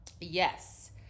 Yes